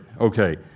Okay